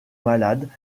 malades